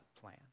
plan